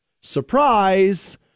surprise